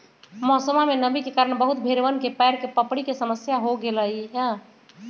मौसमा में नमी के कारण बहुत भेड़वन में पैर के पपड़ी के समस्या हो गईले हल